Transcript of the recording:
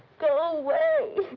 go away!